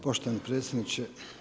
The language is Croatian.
Poštovani predsjedniče.